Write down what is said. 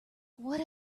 what